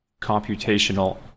computational